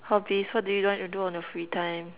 how what do you like to do on your free time